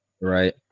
Right